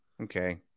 Okay